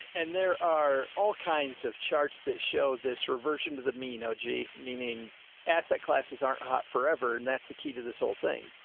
and there are all kinds of charts that show this reversion to the mean oji, meaning asset classes, aren't hot forever. and that's the key to this whole thing.